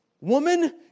woman